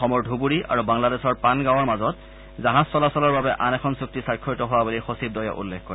অসমৰ ধুবুৰী আৰু বাংলাদেশৰ পাণগাঁৱৰ মাজত জাহাজ চলাচলৰ বাবে আন এখন চুক্তি স্বাক্ষৰিত হোৱা বুলি সচিৰদ্বয়ে উল্লেখ কৰে